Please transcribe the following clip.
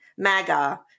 MAGA